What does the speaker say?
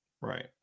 Right